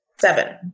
seven